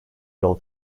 yol